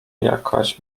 jakaś